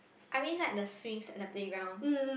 I mean like the swings and the playground